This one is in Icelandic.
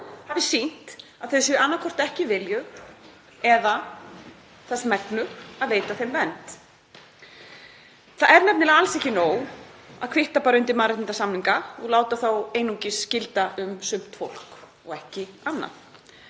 hafa sýnt að þau séu annaðhvort ekki viljug eða þess megnug að veita þeim vernd. Það er alls ekki nóg að kvitta undir mannréttindasamninga og láta þá einungis gilda um sumt fólk og ekki annað.